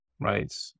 Right